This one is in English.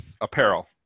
apparel